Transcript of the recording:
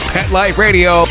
PetLifeRadio